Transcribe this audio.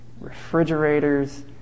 refrigerators